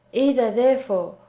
either, therefore,